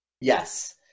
yes